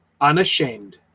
unashamed